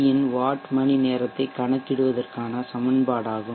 யின் வாட் மணிநேரத்தைக் கணக்கிடுவதற்கான சமன்பாடாகும்